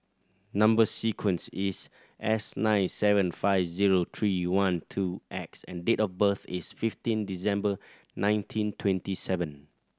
number sequence is S nine seven five zero three one two X and date of birth is fifteen December nineteen twenty seven